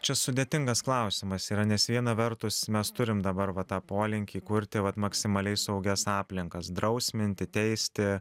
čia sudėtingas klausimas yra nes viena vertus mes turim dabar va tą polinkį kurti vat maksimaliai saugias aplinkas drausminti teisti